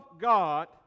God